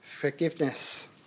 forgiveness